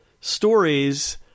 stories